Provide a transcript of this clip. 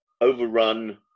overrun